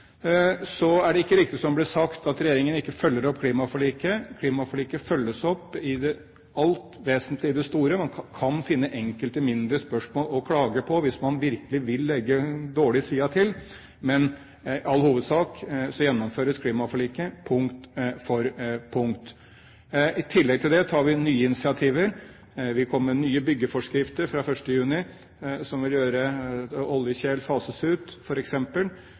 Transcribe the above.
Så er det ikke riktig, det som ble sagt, at regjeringen ikke følger opp klimaforliket. Klimaforliket følges opp i det alt vesentlige – i det store. Man kan finne enkelte mindre spørsmål å klage på hvis man virkelig vil legge den dårlige siden til, men i all hovedsak gjennomføres klimaforliket punkt for punkt. I tillegg til dette tar vi nye initiativer. Vi kommer med nye byggeforskrifter fra 1. juni, som vil gjøre at oljekjeler fases ut,